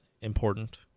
important